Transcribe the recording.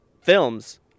films